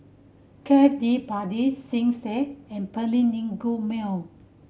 Cafe De Paris Schick and Perllini Mel